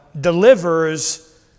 delivers